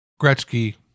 Gretzky